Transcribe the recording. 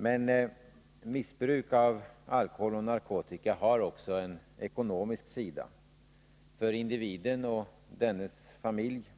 Men missbruk av alkohol och narkotika har också en ekonomisk sida, för individen och dennes familj.